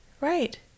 Right